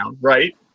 right